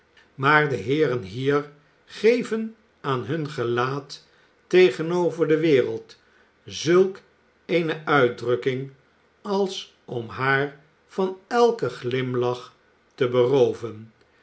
maar de liên hier geven aan hun gelaat tegenover de wereld zulk eene uitdrukking als om haar van eiken glimlach te berooven